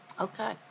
Okay